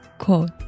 Quote